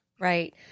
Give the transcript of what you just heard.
Right